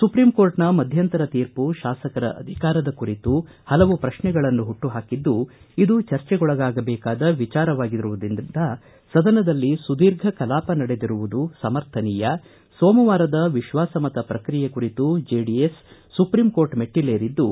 ಸುಪ್ರೀಂಕೋರ್ಟ್ನ ಮಧ್ಯಂತರ ತೀರ್ಮ ಶಾಸಕರ ಅಧಿಕಾರದ ಕುರಿತು ಪಲವು ಪ್ರಶ್ನೆಗಳನ್ನು ಹುಟ್ಟು ಹಾಕಿದ್ದು ಇದು ಚರ್ಜೆಗೊಳಗಾಗಬೇಕಾದ ವಿಚಾರವಾಗಿರುವುದರಿಂದ ಸದನದಲ್ಲಿ ಸುದೀರ್ಘ ಕಲಾಪ ನಡೆದಿರುವುದು ಸಮರ್ಥನೀಯ ಸೋಮವಾರದ ವಿಶ್ವಾಸ ಮತ ಪ್ರಕ್ರಿಯೆ ಕುರಿತು ಜೆಡಿಎಸ್ ಸುಪ್ರೀಂಕೋರ್ಟ್ ಮೆಟ್ಸಲೇರಿದ್ದು